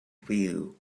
feel